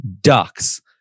Ducks